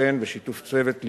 וכן בשיתוף צוות ליווי,